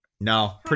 No